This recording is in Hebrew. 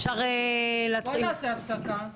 אפשר להתחיל --- בוא נעשה הפסקה.